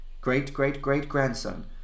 great-great-great-grandson